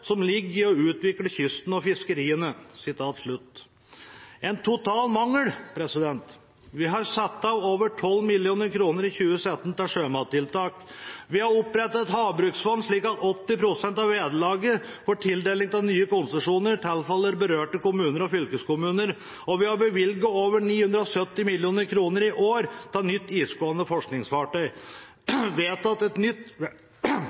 som ligger i å utvikle kysten og fiskeriene.» – En total mangel. Vi har satt av over 12 mill. kr i 2017 til sjømattiltak, vi har opprettet et havbruksfond, slik at 80 pst. av vederlaget for tildeling av nye konsesjoner tilfaller berørte kommuner og fylkeskommuner, vi har bevilget over 970 mill. kr i år til nytt isgående forskningsfartøy, vi har vedtatt et nytt